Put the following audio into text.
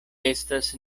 estas